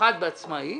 במיוחד את העצמאים